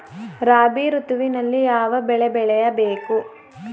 ರಾಬಿ ಋತುವಿನಲ್ಲಿ ಯಾವ ಬೆಳೆ ಬೆಳೆಯ ಬೇಕು?